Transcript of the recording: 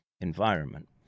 environment